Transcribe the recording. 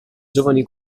giovani